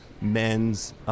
men's